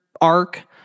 arc